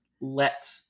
let